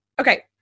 Okay